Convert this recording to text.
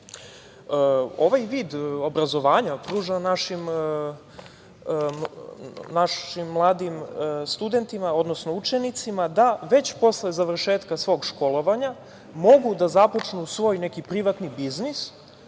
vid obrazovanja pruža našim mladim studentima, odnosno učenicima da već posle završetka svog školovanja mogu da započnu svoj neki privatni biznis